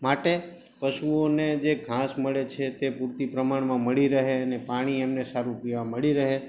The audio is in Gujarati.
માટે પશુઓને જે ઘાસ મળે છે તે પૂરતી પ્રમાણમાં મળી રહે અને પાણી એમને સારું પીવા મળી રહે